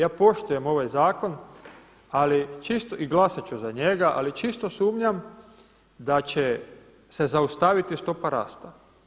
Ja poštujem ovaj zakon ali čisto, i glasati ću za njega, ali čisto sumnjam da će se zaustaviti stopa rasta.